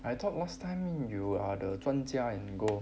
I thought last time you are the 专家 in gold